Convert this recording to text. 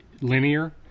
linear